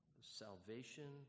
salvation